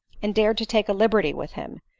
and dared to take, a liberty with him,